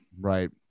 right